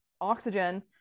oxygen